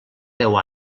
deu